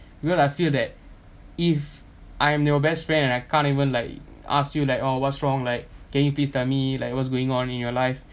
because I feel that if I am your best friend and I can't even like ask you like oh what's wrong like can you please tell me like what's going on in your life